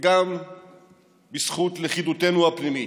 וגם בזכות לכידותנו הפנימית,